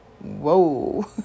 Whoa